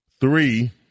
Three